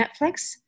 Netflix